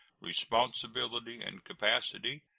responsibility, and capacity,